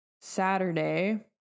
Saturday